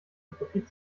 profit